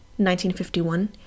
1951